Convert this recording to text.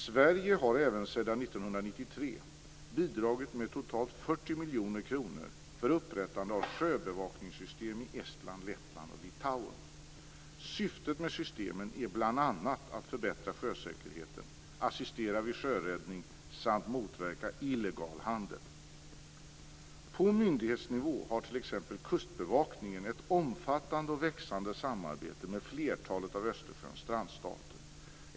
Sverige har även sedan 1993 bidragit med totalt 40 miljoner kronor för upprättande av sjöbevakningssystem i Estland, Lettland och Litauen. Syftet med systemen är bl.a. att förbättra sjösäkerheten, assistera vid sjöräddning samt motverka illegal handel. På myndighetsnivå har t.ex. kustbevakningen ett omfattande och växande samarbete med flertalet av Östersjöns strandstater.